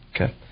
Okay